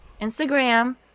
Instagram